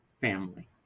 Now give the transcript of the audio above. family